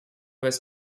was